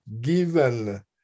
given